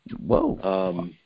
Whoa